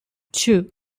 two